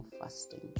fasting